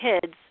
kids